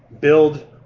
build